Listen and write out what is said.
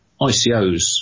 ICOs